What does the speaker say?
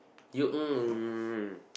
you